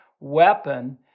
weapon